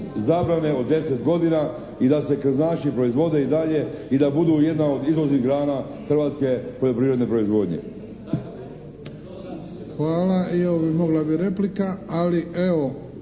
zabrane od 10 godina i da se krznaši proizvode i dalje i da budu jedna od izvoznih grana hrvatske poljoprivredne proizvodnje.